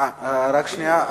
רק שנייה.